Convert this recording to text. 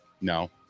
No